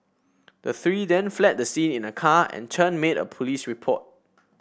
the three then fled the scene in a car and Chen made a police report